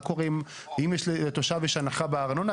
אם לתושב יש הנחה בארנונה,